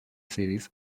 series